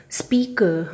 speaker